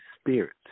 spirits